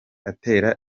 atera